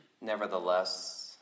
Nevertheless